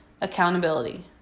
accountability